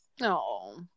No